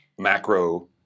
Macro